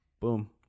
boom